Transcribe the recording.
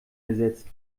ersetzt